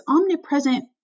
omnipresent